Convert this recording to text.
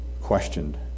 questioned